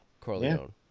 Corleone